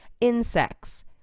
insects